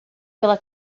pela